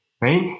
right